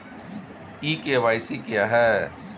ई KYC क्या है?